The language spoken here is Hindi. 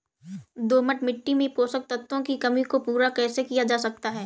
दोमट मिट्टी में पोषक तत्वों की कमी को पूरा कैसे किया जा सकता है?